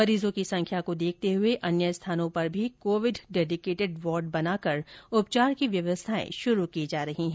मरीजों की संख्या को देखते हुए अन्य स्थानों पर भी कोविड डेडीकेटेड वार्ड बना कर उपचार की व्यवस्थाएं शुरू की जा रही हैं